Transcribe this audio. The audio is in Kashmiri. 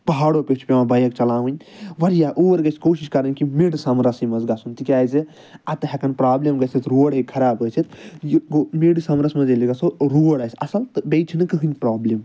پہاڑو پیٚٹھۍ چھِ پٮ۪وان بایِک چَلاوٕنۍ واریاہ اور گژھِ کوٗشِش کرٕنۍ کہِ مِڈ سَمرَسٕے منٛز گژھُن تِکیازِ اَتہٕ ہٮ۪کن پرٛابلِم گٔژھِتھ روڈ ہیٚکہِ خراب ٲسِتھ یہِ گوٚو مِڈ سَمرَس منٛز ییٚلہِ گژھو روڈ آسہِ اَصٕل تہٕ بیٚیہِ چھَنہٕ کٕہۭنۍ پرٛابلِم